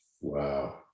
Wow